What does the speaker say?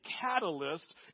catalyst